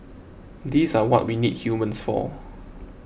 these are what we need humans for